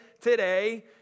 today